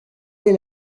des